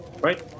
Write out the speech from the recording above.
right